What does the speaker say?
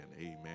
amen